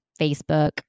Facebook